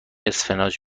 اسفناج